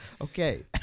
Okay